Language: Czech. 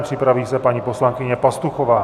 Připraví se paní poslankyně Pastuchová.